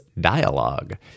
dialogue